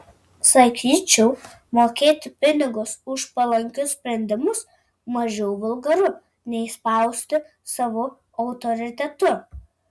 sakyčiau mokėti pinigus už palankius sprendimus mažiau vulgaru nei spausti savu autoritetu